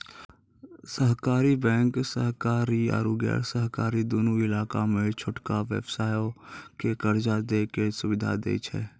सहकारी बैंक शहरी आरु गैर शहरी दुनू इलाका मे छोटका व्यवसायो के कर्जा दै के सुविधा दै छै